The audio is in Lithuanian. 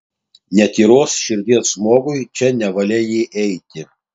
netyros širdies žmogui čia nevalia įeiti